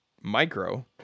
micro